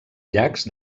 llacs